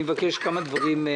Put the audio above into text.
אבל אני מבקש כמה דברים.